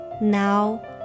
Now